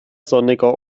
sonniger